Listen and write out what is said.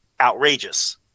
outrageous